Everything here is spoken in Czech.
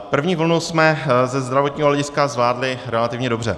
První vlnu jsme ze zdravotního hlediska zvládli relativně dobře.